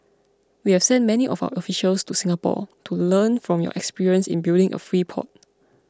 we have sent many of our officials to Singapore to learn from your experience in building a free port